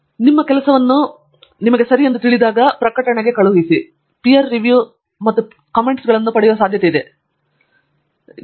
ಆದ್ದರಿಂದ ನಿಮಗೆ ತಿಳಿದಿರುವಾಗ ನೀವು ನಿಮ್ಮ ಕೆಲಸವನ್ನು ಕಳುಹಿಸುತ್ತೀರಿ ಮತ್ತು ನಿಮಗೆ ಗೊತ್ತಾ ಪೀರ್ ವಿಮರ್ಶೆ ಮತ್ತು ನೀವು ಕೆಲವು ವಿಮರ್ಶಾತ್ಮಕ ಕಾಮೆಂಟ್ಗಳನ್ನು ಪಡೆಯುವ ಸಾಧ್ಯತೆಯಿದೆ